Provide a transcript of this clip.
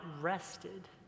rested